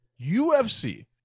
UFC